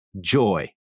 joy